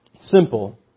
simple